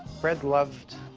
fred loved,